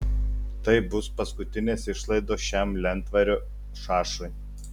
tai bus paskutinės išlaidos šiam lentvario šašui